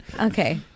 okay